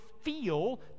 feel